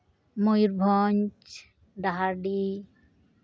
Mayurbhanj ᱰᱟᱦᱟᱨᱰᱤ